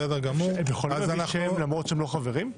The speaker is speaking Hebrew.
הם יכולים להגיד שהם למרות שהם לא חברים?